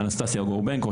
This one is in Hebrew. אנסטסיה גורבנקו,